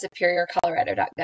superiorcolorado.gov